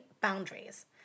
boundaries